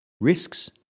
Risks